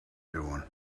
doing